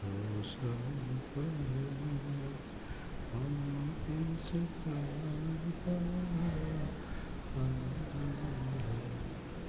સો સાલ પહેલે હમે તુમસે પ્યાર થા હમે તુમસે